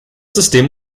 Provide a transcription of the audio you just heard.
system